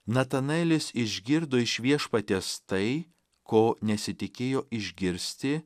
natanaelis išgirdo iš viešpaties tai ko nesitikėjo išgirsti